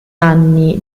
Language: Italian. anni